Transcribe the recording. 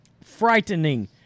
Frightening